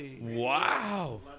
Wow